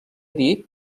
dit